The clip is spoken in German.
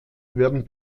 werden